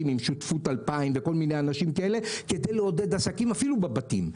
עם "שותפות 2000" וכל מיני אנשים כאלה כדי לעודד עסקים אפילו בבתים.